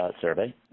survey